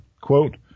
quote